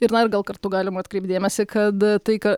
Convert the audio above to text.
ir dar gal kartu galim atkreipt dėmesį kad tai ką